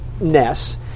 ness